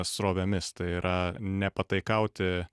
srovėmis tai yra nepataikauti